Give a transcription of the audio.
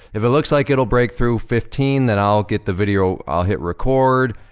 if it looks like it'll break through fifteen then i'll get the video, i'll hit record.